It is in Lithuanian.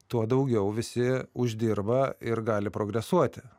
tuo daugiau visi uždirba ir gali progresuoti